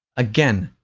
again,